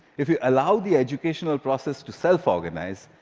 if you allow the educational process to self-organize,